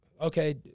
okay